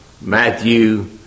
Matthew